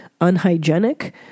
unhygienic